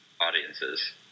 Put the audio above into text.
audiences